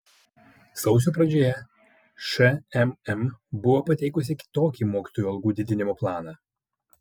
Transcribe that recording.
sausio pradžioje šmm buvo pateikusi kitokį mokytojų algų didinimo planą